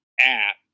app